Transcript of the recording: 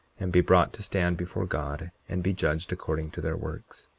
and be brought to stand before god, and be judged according to their works.